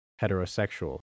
Heterosexual